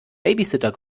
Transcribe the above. babysitter